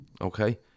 okay